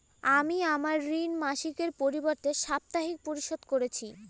আমি আমার ঋণ মাসিকের পরিবর্তে সাপ্তাহিক পরিশোধ করছি